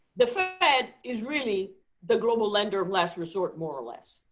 the fed is really the global lender of last resort, more or less.